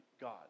God